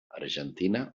argentina